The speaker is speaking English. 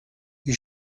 you